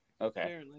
okay